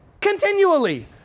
continually